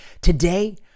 Today